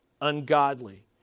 ungodly